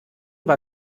war